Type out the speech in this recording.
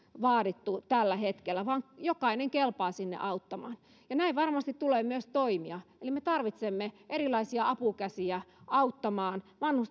vaadittu nyt tällä hetkellä vaan jokainen kelpaa sinne auttamaan ja näin varmasti tulee myös toimia eli me tarvitsemme erilaisia apukäsiä auttamaan vanhustenhoidossa ja varmasti